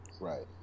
Right